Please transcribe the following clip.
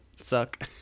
suck